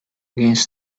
against